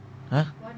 !huh!